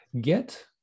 get